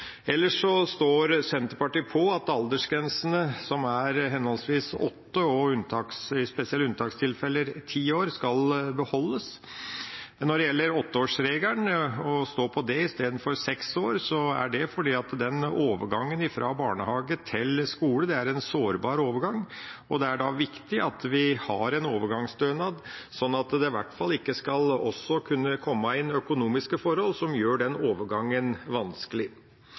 Ellers står Senterpartiet på at aldersgrensene på henholdsvis åtte og i spesielle unntakstilfeller ti år skal beholdes. Når vi står på åtteårsregelen i stedet for å redusere til seks år, er det fordi overgangen fra barnehage til skole er en sårbar overgang. Det er viktig at vi da har en overgangsstønad, slik at det i hvert fall ikke også skal kunne komme inn økonomiske forhold som gjør den overgangen vanskelig.